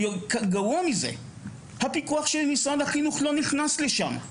גרוע מזה, הפיקוח של משרד החינוך לא נכנס לשם.